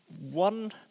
one